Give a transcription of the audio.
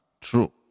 true